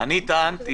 טענתי